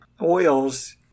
oils